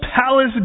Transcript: palace